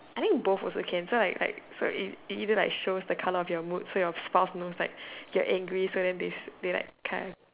I think both also can so like like so it it either like shows the colour of your mood so your spouse knows like you're angry so then they they like car